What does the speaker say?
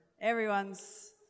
everyone's